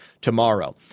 tomorrow